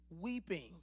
Weeping